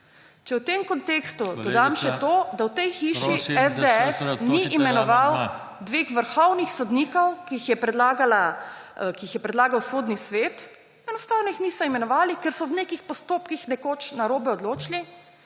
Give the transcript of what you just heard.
MAŠA KOCIPER (PS SAB): Da v tej hiši SDS ni imenoval dveh vrhovnih sodnikov, ki ju je predlagal Sodni svet, enostavno ju niso imenovali, ker so v nekih postopkih nekoč narobe odločili,